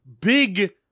big